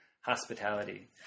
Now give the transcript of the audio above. hospitality